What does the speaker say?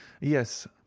Yes